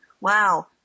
wow